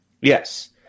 Yes